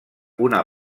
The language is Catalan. una